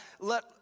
let